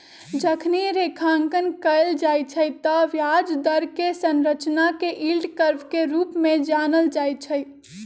जखनी रेखांकन कएल जाइ छइ तऽ ब्याज दर कें संरचना के यील्ड कर्व के रूप में जानल जाइ छइ